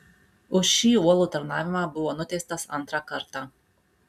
už šį uolų tarnavimą buvo nuteistas antrą kartą